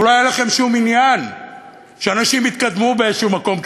אבל לא היה לכם שום עניין שאנשים יתקדמו באיזשהו מקום,